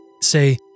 say